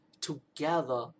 together